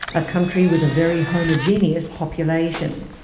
a country with a very homogeneous population.